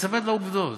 תיצמד לעובדות.